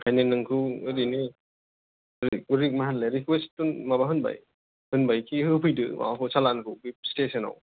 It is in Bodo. आंखायनो नोंखौ एरैनो एरैनो मा होनो रिक्वेस्ट खौ माबा होनबाय खि होफैदो माबाखौ चलनखौ बे स्टेसन आव